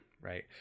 right